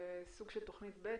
סוג של תוכנית ב'.